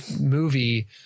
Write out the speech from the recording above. movie